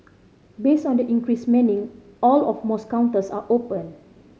based on the increased manning all of most counters are open